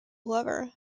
lover